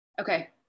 Okay